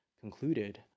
concluded